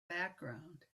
background